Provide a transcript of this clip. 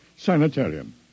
Sanitarium